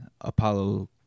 Apollo